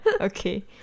okay